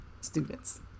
students